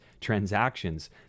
transactions